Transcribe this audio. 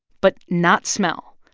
but not smell.